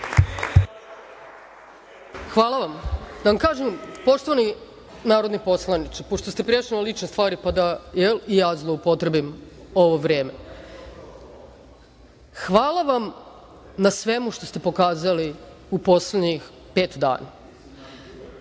Hvala vam. Da vam kažem poštovani narodni poslaniče, pošto ste prešli na lične stvari, pa da i ja zloupotrebim ovo vreme. Hvala vam na svemu što ste pokazali u poslednjih pet dana.